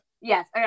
Yes